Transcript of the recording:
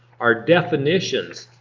our definitions.